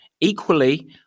Equally